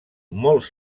molts